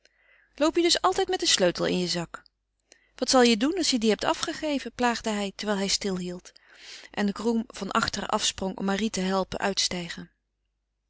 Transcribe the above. loop je dus altijd met den sleutel in je zak wat zal je doen als je dien hebt afgegeven plaagde hij terwijl hij stilhield en de groom van achteren afsprong om marie te helpen uitstijgen